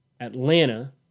Atlanta